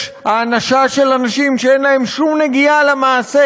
יש הענשה של אנשים שאין להם שום נגיעה למעשה